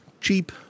cheap